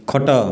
ଖଟ